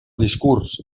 discurs